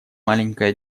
маленькая